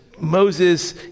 Moses